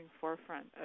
forefront